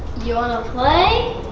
you wanna play?